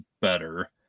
better